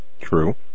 True